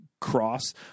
cross